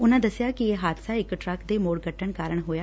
ਉਨਾਂ ਦਸਿਆ ਕਿ ਇਹ ਹਾਦਸਾ ਇਕ ਟਰੱਕ ਦੇ ਮੋੜ ਕਟੱਣ ਕਾਰਨ ਹੋਇਐ